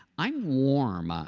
i'm warm. ah